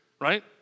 right